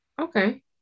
okay